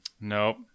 Nope